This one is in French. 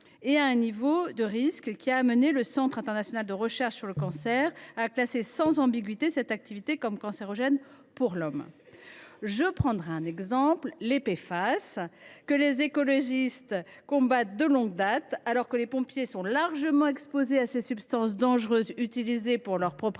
et à un niveau de risque qui a conduit le Centre international de recherche sur le cancer à classer, sans ambiguïté, cette activité comme « cancérogène pour l’homme ». Je prendrai un exemple : les PFAS, que les écologistes combattent de longue date. Les sapeurs pompiers étant largement exposés à ces substances dangereuses utilisées pour leurs propriétés